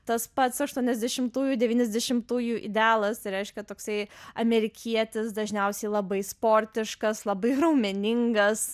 tas pats aštuoniasdešimtųjų devyniasdešimtųjų idealas reiškia toksai amerikietis dažniausiai labai sportiškas labai raumeningas